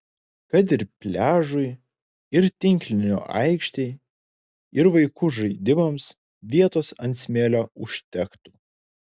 kad ir pliažui ir tinklinio aikštei ir vaikų žaidimams vietos ant smėlio užtektų